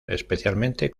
especialmente